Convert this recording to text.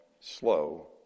slow